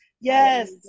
Yes